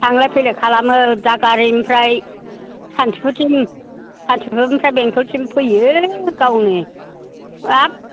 थांलाय फैलाय खालामो दादगारिनिफ्राय सान्थिफुरसिम सान्थिफुरनिफ्राय बेंथलसिम फैयो गावनो हाब